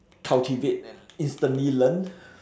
cultivate and instantly learn